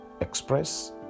express